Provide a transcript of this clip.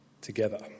together